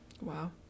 wow